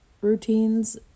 routines